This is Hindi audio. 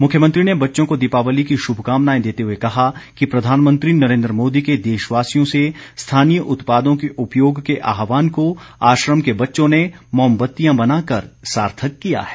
मुख्यमंत्री ने बच्चों को दीपावली की शुभकामनाएं देते हुए कहा कि प्रधानमंत्री नरेन्द्र मोदी के देशवासियों से स्थानीय उत्पादों के उपयोग के आहवान को आश्रम के बच्चों ने मोमबत्तियां बनाकर सार्थक किया है